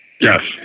Yes